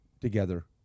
together